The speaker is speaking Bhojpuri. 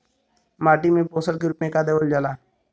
माटी में पोषण के रूप में का देवल जाला?